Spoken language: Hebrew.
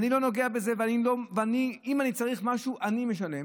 אני לא נוגע בזה, ואם אני צריך משהו, אני משלם.